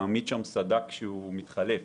להעמיד שם סד"כ שהוא מתחלף.